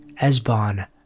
Esbon